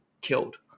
killed